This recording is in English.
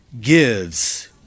gives